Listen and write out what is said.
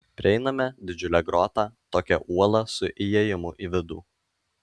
prieiname didžiulę grotą tokią uolą su įėjimu į vidų